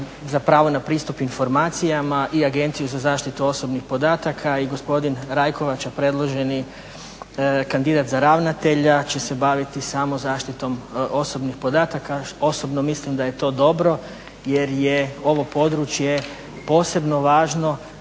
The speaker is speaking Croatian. za pravo na pristup informacijama i Agenciju za zaštitu osobnih podataka i gospodin … /Govornik se ne razumije./… predloženi kandidat za ravnatelja će se baviti samo zaštitom osobnih podataka. Osobno mislim da je to dobro jer je ovo područje posebno važno,